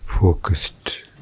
focused